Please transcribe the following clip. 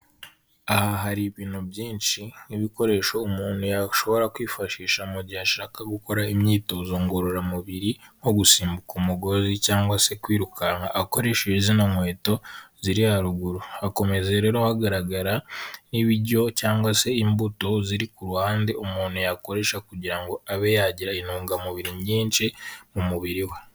Aha hari ibintu byinshi nk'ibikoresho umuntu yashobora kwifashisha mu gihe ashaka gukora imyitozo ngororamubiri nko gusimbuka umugozi cyangwa se kwirukanka akoresheje zino nkweto ziri haruguru, hakomeza rero hagaragara n'ibiryo cyangwa se imbuto ziri ku ruhande, umuntu yakoresha kugira ngo abe yagira intungamubiri nyinshi mu mubiri we.